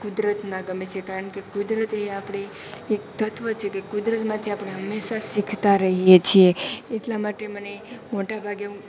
કુદરતના ગમે છે કારણ કે કુદરત એ આપણે એક ત્ત્વ છે કે કુદરતમાંથી આપણે હંમેશા શીખતા રહીએ છીએ એટલા માટે મને મોટા ભાગે હું